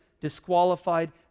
disqualified